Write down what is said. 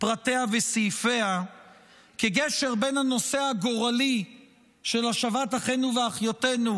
פרטיה וסעיפיה כגשר בין הנושא הגורלי של השבת אחינו ואחיותינו